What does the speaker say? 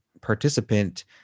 participant